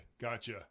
gotcha